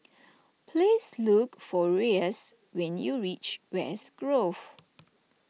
please look for Reyes when you reach West Grove